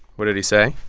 what did he say?